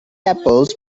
apples